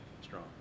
strong